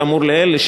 כאמור לעיל,